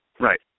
Right